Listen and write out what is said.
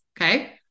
Okay